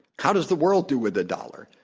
how does the world do with the dollar?